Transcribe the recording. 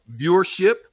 viewership